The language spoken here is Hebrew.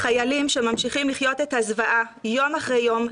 חיילים שממשיכים לחיות את הזוועה יום אחרי יום,